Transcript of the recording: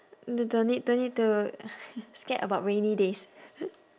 the don't need don't need to scared about rainy days